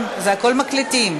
(תיקון),